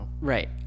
Right